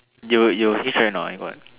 you you H_A or not you got